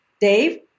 Dave